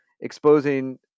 exposing